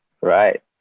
Right